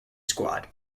squad